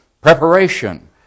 Preparation